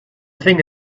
thing